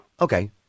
Okay